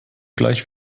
gleich